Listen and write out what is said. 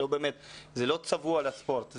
זה לא צבוע לספורט.